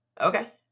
Okay